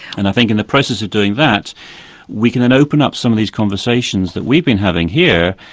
and i think in the process of doing that we can then open up some of these conversations that we've been having here,